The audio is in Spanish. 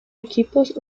equipos